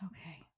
Okay